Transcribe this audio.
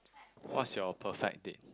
what's your perfect date